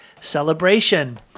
celebration